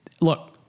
Look